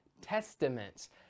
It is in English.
Testaments